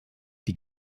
die